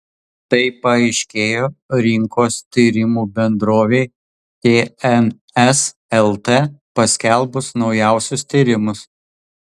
tai paaiškėjo rinkos tyrimų bendrovei tns lt paskelbus naujausius tyrimus